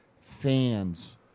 fans